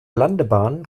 landebahn